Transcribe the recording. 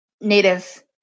native